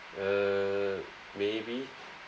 uh maybe